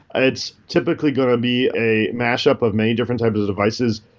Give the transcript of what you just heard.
ah it's typically going to be a mash-up of many different types of devices.